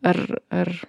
ar ar